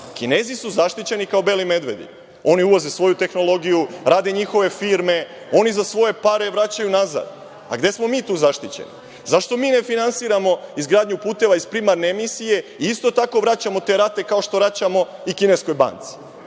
Kinezi su zaštićeni kao beli medvedi, oni uvoze svoju tehnologiju, rade njihove firme, oni za svoje pare vraćaju nazad. A gde smo mi tu zaštićeni? Zašto mi ne finansiramo izgradnju puteva iz primarne emisije i isto tako vraćamo te rate kao što vraćamo i kineskoj banci? Znači,